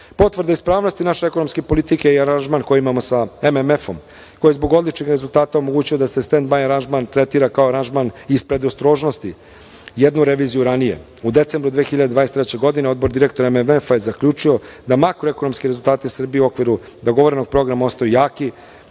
ispravnosti naše ekonomske politike i aranžman koji imamo sa MMF-om, koji zbog odličnih rezultata omogućuje da se stendbaj aranžman tretira kao aranžman iz predostrožnosti jednu reviziju ranije.U decembru 2023. godine Odbor direktora MMF-a je zaključio da makroekonomski rezultati Srbije u okviru dogovorenog programa ostaju jaki,